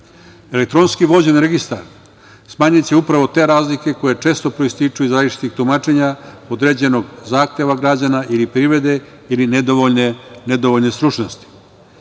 Elektronski vođen registar smanjiće upravo te razlike koje često proističu iz različitih tumačenja određenog zahteva građana ili privrede ili nedovoljne stručnosti. Registar